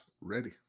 Ready